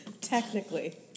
Technically